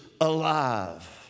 alive